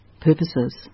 purposes